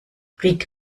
rick